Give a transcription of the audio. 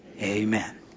Amen